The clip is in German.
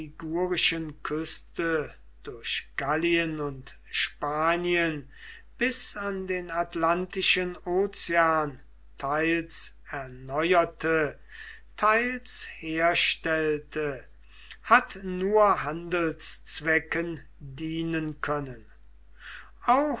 küste durch gallien und spanien bis an den atlantischen ozean teils erneuerte teils herstellte hat nur handelszwecken dienen können auch